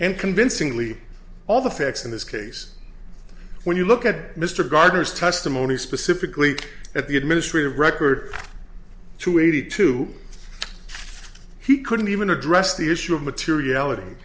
and convincingly all the facts in this case when you look at mr gardner's testimony specifically at the administrative record two eighty two he couldn't even address the issue of materiality